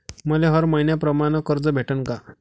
मले हर मईन्याप्रमाणं कर्ज भेटन का?